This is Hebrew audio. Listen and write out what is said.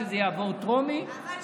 שזה יעבור טרומית,